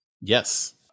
Yes